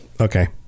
okay